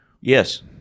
Yes